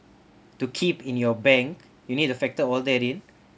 to keep in your bank you need to factor all that in